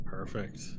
Perfect